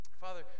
Father